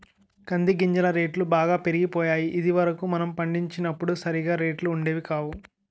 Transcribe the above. కంది గింజల రేట్లు బాగా పెరిగిపోయాయి ఇది వరకు మనం పండించినప్పుడు సరిగా రేట్లు ఉండేవి కాదు